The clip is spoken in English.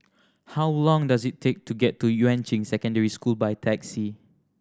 how long does it take to get to Yuan Ching Secondary School by taxi